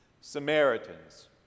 Samaritans